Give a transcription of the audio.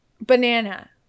Banana